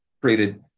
created